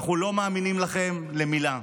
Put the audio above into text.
אנחנו לא מאמינים לכם למילה.